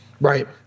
Right